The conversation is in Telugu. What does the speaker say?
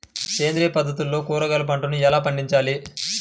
సేంద్రియ పద్ధతుల్లో కూరగాయ పంటలను ఎలా పండించాలి?